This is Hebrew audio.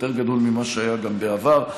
יותר גדול ממה שהיה גם בעבר,